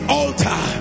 altar